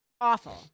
awful